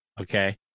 Okay